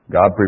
God